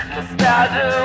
Nostalgia